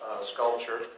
sculpture